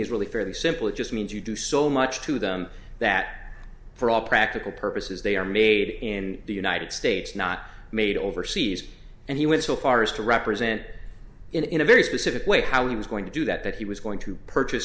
is really fairly simple it just means you do so much to them that for all practical purposes they are made in the united states not made overseas and he went so far as to represent in a very specific way how he was going to do that that he was going to purchase